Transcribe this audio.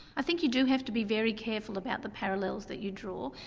i think you do have to be very careful about the parallels that you draw,